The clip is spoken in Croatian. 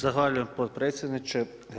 Zahvaljujem potpredsjedniče.